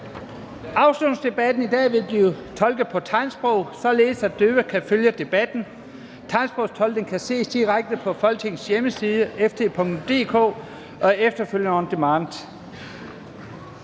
Afslutningsdebatten i dag vil blive tolket på tegnsprog, således at døve kan følge debatten. Tegnsprogstolkningen kan ses direkte på Folketingets hjemmeside, www.ft.dk, og efterfølgende on demand.